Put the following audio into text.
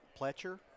Pletcher